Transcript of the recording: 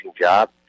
job